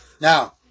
Now